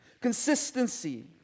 Consistency